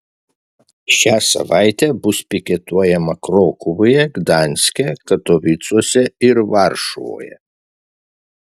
šią savaitę bus piketuojama krokuvoje gdanske katovicuose ir varšuvoje